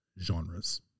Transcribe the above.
genres